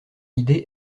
idée